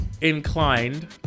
inclined